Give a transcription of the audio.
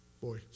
Boy